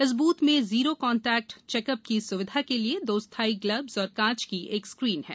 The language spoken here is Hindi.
इस बूथ में जीरो कॉन्टैक्ट चेक अप की सुविधा के लिए दो स्थायी ग्लब्स और कांच की एक स्क्रीन है